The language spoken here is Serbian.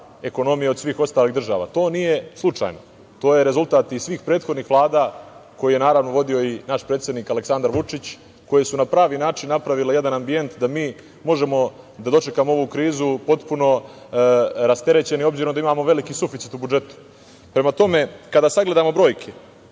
ekonomije od svih ostalih država. To nije slučajno, to je rezultat i svih prethodnih vlada, koje je naravno, vodio i naš predsednik Aleksandar Vučić, koji su na pravi način napravile jedan ambijent da mi možemo da dočekamo ovu krizu potpuno rasterećeni, obzirom da imamo veliki suficit u budžetu. Prema tome, kada sagledamo brojke,